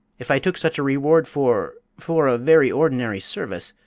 if i took such a reward for for a very ordinary service,